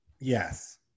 Yes